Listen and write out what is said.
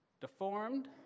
deformed